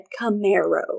Camaro